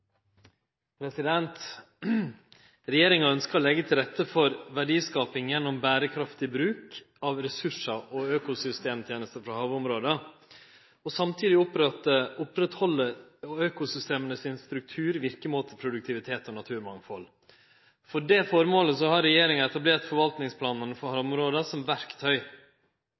meninga. Regjeringa ønskjer å leggje til rette for verdiskaping gjennom berekraftig bruk av ressursar og økosystemtenester frå havområda og samtidig halde oppe økosystemas struktur, verkemåte, produktivitet og naturmangfald. For det formålet har regjeringa etablert forvaltingsplanane for havområda som verktøy